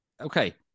Okay